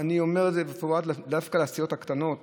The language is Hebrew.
אני אומר את זה בפרט לסיעות הקטנות